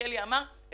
שמלכיאלי אמר,